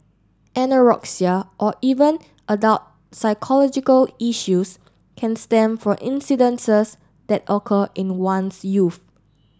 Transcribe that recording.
anorexia or even adult psychological issues can stem from incidences that occur in one's youth